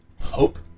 hope